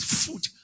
food